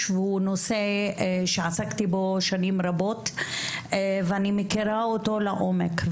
והוא נושא שעסקתי בו שנים רבות ואני מכירה אותו לעומק.